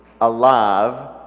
alive